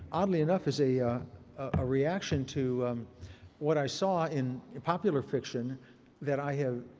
oddly enough, as a ah reaction to what i saw in popular fiction that i have,